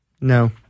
No